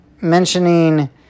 mentioning